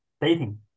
dating